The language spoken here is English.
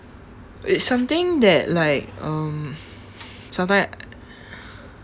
it's something that like um sometime I~